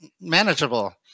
manageable